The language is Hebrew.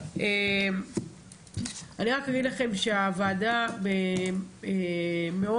אני רק אגיד לכם שהוועדה מאוד